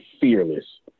fearless